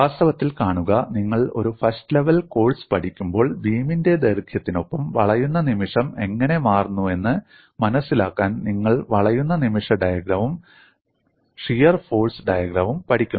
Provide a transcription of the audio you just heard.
വാസ്തവത്തിൽ കാണുക നിങ്ങൾ ഒരു ഫസ്റ്റ് ലെവൽ കോഴ്സ് പഠിക്കുമ്പോൾ ബീമിന്റെ ദൈർഘ്യത്തിനൊപ്പം വളയുന്ന നിമിഷം എങ്ങനെ മാറുന്നുവെന്ന് മനസിലാക്കാൻ നിങ്ങൾ വളയുന്ന നിമിഷ ഡയഗ്രവും ഷിയർ ഫോഴ്സ് ഡയഗ്രവും പഠിക്കുന്നു